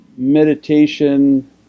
meditation